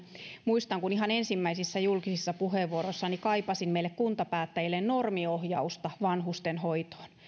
muistan kun ihan ensimmäisissä julkisissa puheenvuoroissani kaipasin meille kuntapäättäjille normiohjausta vanhustenhoitoon